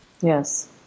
Yes